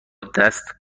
دست